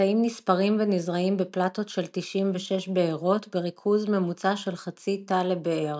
התאים נספרים ונזרעים בפלטות של 96 בארות בריכוז ממוצע של חצי תא לבאר.